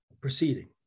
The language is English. proceeding